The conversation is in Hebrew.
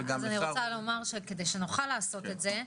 אז כדי שנוכל לעשות את זה,